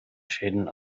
schäden